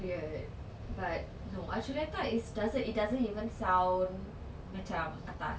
weird but no archuleta is doesn't he doesn't even sound macam atas